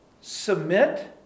submit